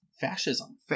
fascism